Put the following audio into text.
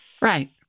right